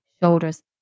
shoulders